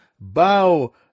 bow